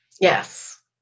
Yes